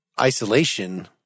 isolation